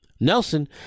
Nelson